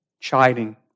Chiding